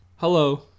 Hello